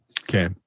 Okay